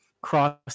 cross